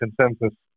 consensus